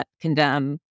condemn